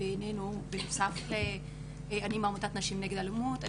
אני מעמותת נשים נגד אלימות.